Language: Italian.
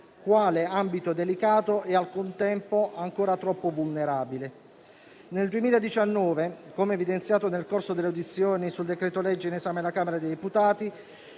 quale ambito delicato e al contempo ancora troppo vulnerabile. Nel 2019, come evidenziato nel corso delle audizioni sul decreto-legge in esame alla Camera dei deputati,